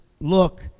look